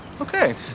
Okay